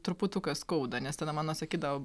truputuką skauda nes tada mano sakydavo